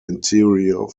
interior